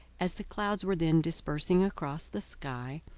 as the clouds were then dispersing across the sky,